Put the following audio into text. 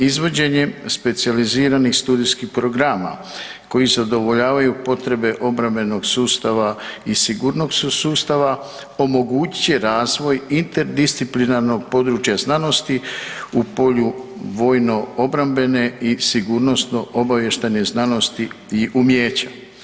Izvođenjem specijaliziranih studijskih programa, koji zadovoljavaju potrebe obrambenog sustava i sigurnog sustava, omogućit će razvoj interdisciplinarnog područja znanosti u polju vojno-obrambene i sigurnosno obavještajne znanosti i umijeća.